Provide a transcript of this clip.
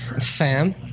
Fam